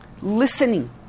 listening